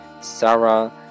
Sarah